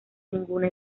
ninguna